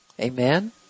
Amen